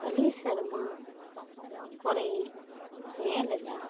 ᱵᱷᱟᱞᱮ ᱥᱮᱨᱢᱟ ᱠᱚᱨᱮᱧ ᱧᱮᱞ ᱞᱮᱫᱟ